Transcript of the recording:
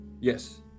Yes